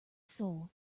soul